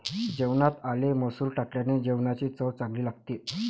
जेवणात आले मसूर टाकल्याने जेवणाची चव चांगली लागते